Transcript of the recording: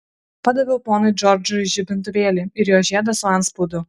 padaviau ponui džordžui žibintuvėlį ir jo žiedą su antspaudu